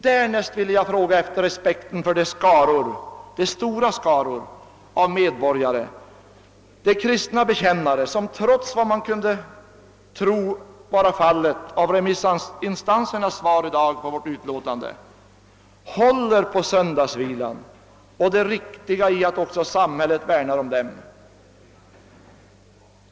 Därnäst vill jag fråga efter respekten för de stora skaror av medborgare, de kristna bekännare, som, trots att man kunde tro motsatsen vara fallet med tanke på remissinstansernas svar i utlåtandet, håller på söndagsvilan och det riktiga i att också samhället värnar om den.